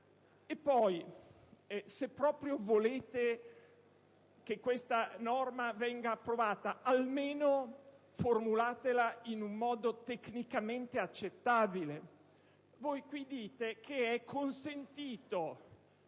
se proprio volete che questa norma venga approvata, almeno formulatela in un modo tecnicamente accettabile.